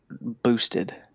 boosted